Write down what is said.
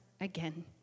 again